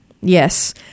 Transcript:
Yes